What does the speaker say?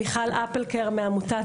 לצידי מיכל דורות מעמותת